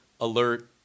alert